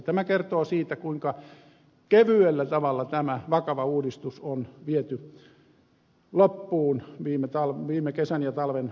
tämä kertoo siitä kuinka kevyellä tavalla tämä vakava uudistus on viety loppuun viime kesän ja talven aikana